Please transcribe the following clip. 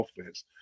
offense